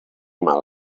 mal